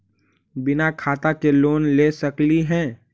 बिना खाता के लोन ले सकली हे?